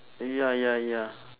ya ya ya